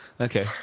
Okay